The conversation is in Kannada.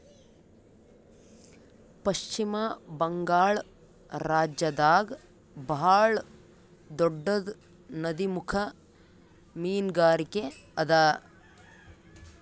ಪಶ್ಚಿಮ ಬಂಗಾಳ್ ರಾಜ್ಯದಾಗ್ ಭಾಳ್ ದೊಡ್ಡದ್ ನದಿಮುಖ ಮೀನ್ಗಾರಿಕೆ ಅದಾ